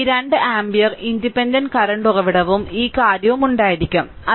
ഈ 2 ampere independent current ഉറവിടവും ഈ കാര്യവും ഉണ്ടായിരിക്കുo